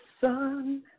sun